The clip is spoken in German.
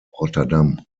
rotterdam